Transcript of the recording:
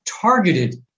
targeted